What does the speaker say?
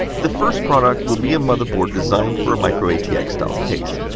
the first product will be a motherboard designed for a micro-atx style case.